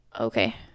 Okay